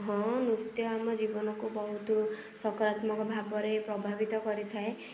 ହଁ ନୃତ୍ୟ ଆମ ଜୀବନକୁ ବହୁତ ସକରାତ୍ମକ ଭାବରେ ପ୍ରଭାବିତ କରିଥାଏ